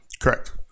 Correct